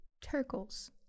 turkles